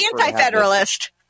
anti-Federalist